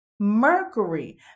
Mercury